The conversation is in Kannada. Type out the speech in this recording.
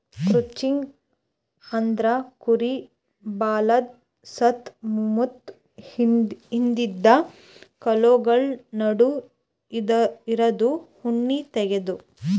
ಕ್ರುಚಿಂಗ್ ಅಂದ್ರ ಕುರಿ ಬಾಲದ್ ಸುತ್ತ ಮುತ್ತ ಹಿಂದಿಂದ ಕಾಲ್ಗೊಳ್ ನಡು ಇರದು ಉಣ್ಣಿ ತೆಗ್ಯದು